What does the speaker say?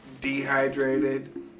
Dehydrated